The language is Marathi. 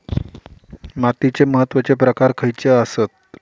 मातीचे महत्वाचे प्रकार खयचे आसत?